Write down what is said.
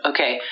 Okay